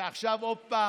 ועכשיו עוד פעם,